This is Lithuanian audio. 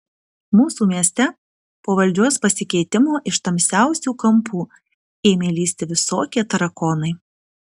mūsų mieste po valdžios pasikeitimo iš tamsiausių kampų ėmė lįsti visokie tarakonai